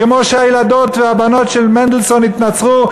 כמו שהילדות והבנות של מנדלסון התנצרו,